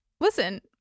Listen